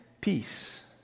peace